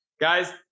Guys